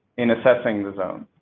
in assessing the zone?